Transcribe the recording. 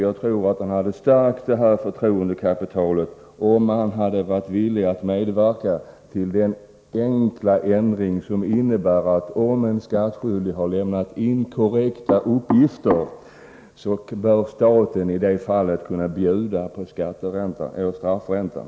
Jag tror att han hade stärkt detta förtroendekapital om han hade varit villig att medverka till den enkla ändringen att om den skattskyldige har lämnat korrekta uppgifter så kan staten bjuda på straffräntan.